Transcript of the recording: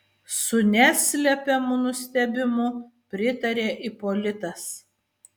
su neslepiamu nustebimu pritarė ipolitas